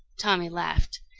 tommy laughed.